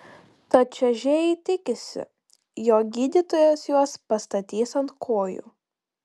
tad čiuožėjai tikisi jog gydytojas juos pastatys ant kojų